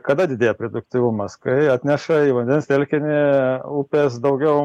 kada didėja produktyvumas kai atneša į vandens telkiny upės daugiau